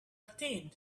thin